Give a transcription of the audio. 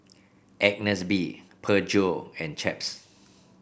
Agnes B Peugeot and Chaps